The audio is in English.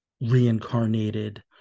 reincarnated